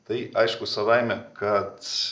tai aišku savaime kad